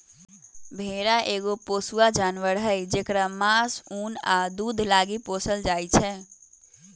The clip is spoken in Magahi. भेड़ा एगो पोसुआ जानवर हई जेकरा मास, उन आ दूध लागी पोसल जाइ छै